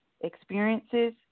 experiences